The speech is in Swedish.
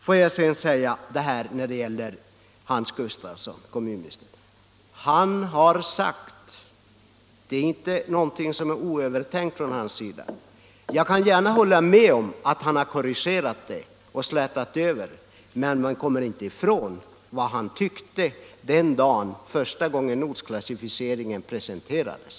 Låt mig slutligen säga att kommunminister Hans Gustafssons yttrande ingalunda var oövertänkt. Jag kan hålla med om att han har korrigerat det och slätat över det, men det går inte att komma ifrån vad han tyckte den dagen då ortsklassificeringen presenterades.